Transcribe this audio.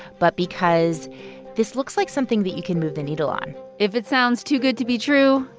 but because this looks like something that can move the needle on if it sounds too good to be true,